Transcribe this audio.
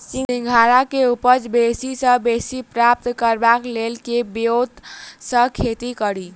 सिंघाड़ा केँ उपज बेसी सऽ बेसी प्राप्त करबाक लेल केँ ब्योंत सऽ खेती कड़ी?